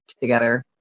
together